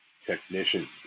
technicians